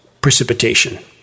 precipitation